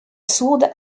sourde